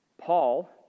Paul